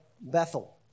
Bethel